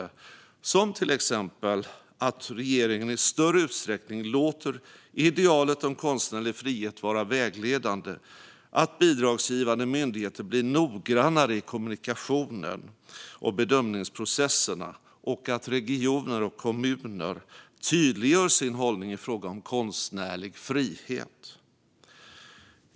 Det handlar till exempel om att regeringen i större utsträckning låter idealet om konstnärlig frihet vara vägledande, att bidragsgivande myndigheter blir noggrannare i kommunikationen och bedömningsprocesserna och att regioner och kommuner tydliggör sin hållning i fråga om konstnärlig frihet.